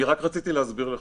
אני רק רציתי להסביר לך.